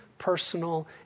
personal